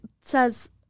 says